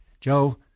Joe